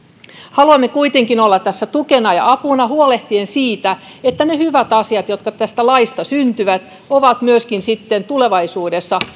haluamme kuitenkin olla tässä tukena ja apuna huolehtien siitä että ne hyvät asiat jotka tästä laista syntyvät ovat myöskin sitten tulevaisuudessa